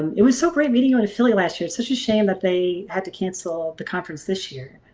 it was so great meeting you in philly last year. it's such a shame that they had to cancel the conference this year.